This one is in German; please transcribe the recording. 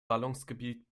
ballungsgebiet